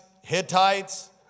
Hittites